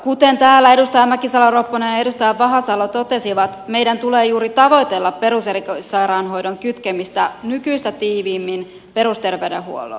kuten täällä edustaja mäkisalo ropponen ja edustaja vahasalo totesivat meidän tulee juuri tavoitella peruserikoissairaanhoidon kytkemistä nykyistä tiiviimmin perusterveydenhuoltoon